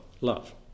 love